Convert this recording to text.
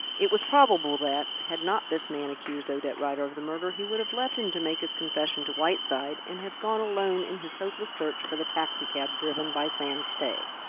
it was probable that, had not this man accused odette rider of the murder, he would have left him to make his confession to whiteside, and have gone alone in his hopeless search for the taxicab driven by sam stay.